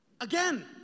Again